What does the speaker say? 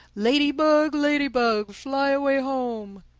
ladybug, ladybug, fly away home!